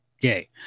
gay